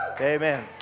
Amen